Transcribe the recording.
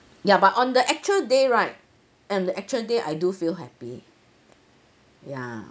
ya but on the actual day right on the actual day I do feel happy ya